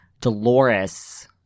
Dolores